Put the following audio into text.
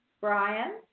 Brian